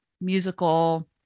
musical